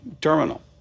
terminal